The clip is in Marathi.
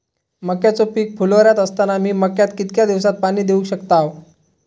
मक्याचो पीक फुलोऱ्यात असताना मी मक्याक कितक्या दिवसात पाणी देऊक शकताव?